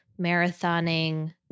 marathoning